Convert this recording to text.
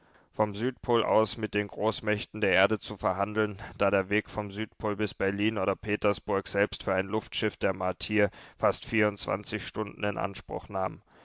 vom südpol aus mit den großmächten der erde zu verhandeln da der weg vom südpol bis berlin oder petersburg selbst für ein luftschiff der martier fast vierundzwanzig stunden in anspruch nahm